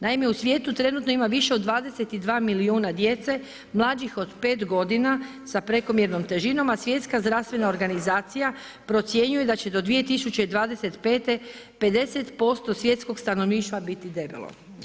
Naime u svijetu trenutno ima više od 22 milijuna djece mlađih od 5 godina sa prekomjernom težinom, a Svjetska zdravstvena organizacija procjenjuje da će do 2025. 50% svjetskog stanovništva biti debelo.